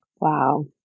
Wow